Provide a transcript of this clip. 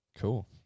Cool